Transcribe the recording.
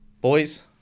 Boys